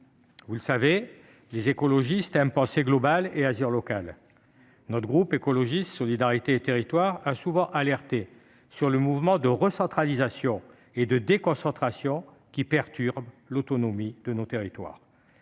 Vous le savez, les écologistes aiment penser global et agir local. Le groupe Écologiste - Solidarité et Territoires a souvent dénoncé les mouvements de recentralisation et de déconcentration qui perturbent l'autonomie de nos territoires.